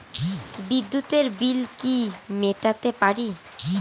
বিদ্যুতের বিল কি মেটাতে পারি?